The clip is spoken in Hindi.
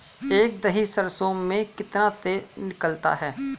एक दही सरसों में कितना तेल निकलता है?